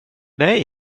dig